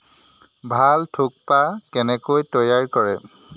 ভাল থুকপা কেনেকৈ তৈয়াৰ কৰে